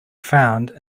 found